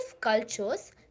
cultures